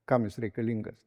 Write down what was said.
kam jis reikalingas